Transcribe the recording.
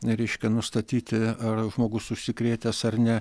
reiškia nustatyti ar žmogus užsikrėtęs ar ne